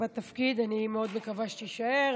אני מאוד מקווה שתישאר.